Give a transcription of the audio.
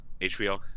HBO